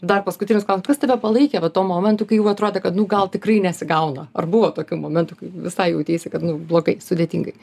dar paskutinis klausimas kas tave palaikė va tuo momentu kai jau atrodė kad nu gal tikrai nesigauna ar buvo tokių momentų kaip visai jauteisi kad nu blogai sudėtingai